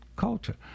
culture